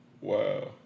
Wow